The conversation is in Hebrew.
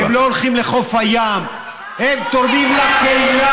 הם לא הולכים לחוף הים, הם תורמים לקהילה.